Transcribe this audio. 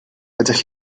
ydych